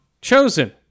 chosen